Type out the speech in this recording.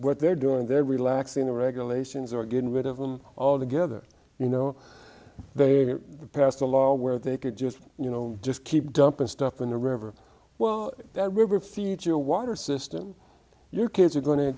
what they're doing they're relaxing the regulations or getting rid of them altogether you know they've passed a law where they could just you know just keep dumping stuff in the river well that river feeds your water system your kids are going to